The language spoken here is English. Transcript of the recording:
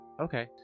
okay